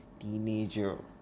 Teenager